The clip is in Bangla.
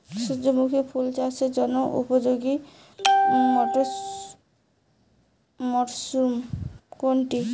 সূর্যমুখী ফুল চাষের জন্য উপযোগী মরসুম কোনটি?